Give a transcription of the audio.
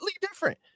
different